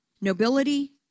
nobility